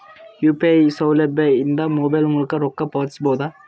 UPI ಸೌಲಭ್ಯ ಇಂದ mobile ಮೂಲಕ ರೊಕ್ಕ ಪಾವತಿಸ ಬಹುದಾ?